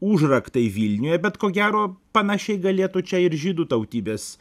užraktai vilniuje bet ko gero panašiai galėtų čia ir žydų tautybės